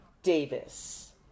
davis